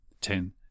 ten